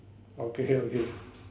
okay okay